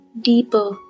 deeper